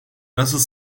nasıl